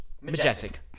majestic